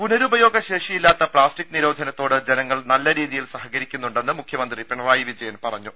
പുനരുപയോഗ ശേഷിയില്ലാത്ത പ്ലാസ്റ്റിക്ക് നിരോധനത്തോട് ജനങ്ങൾ നല്ല രീതിയിൽ സഹകരിക്കുന്നുണ്ടെന്ന് മുഖ്യമന്ത്രി പിണറായി വിജയൻ പറഞ്ഞു